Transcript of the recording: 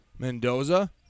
Mendoza